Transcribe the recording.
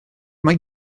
mae